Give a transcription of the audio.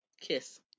kiss